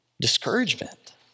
Discouragement